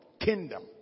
kingdom